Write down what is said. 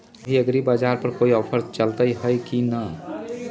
अभी एग्रीबाजार पर कोई ऑफर चलतई हई की न?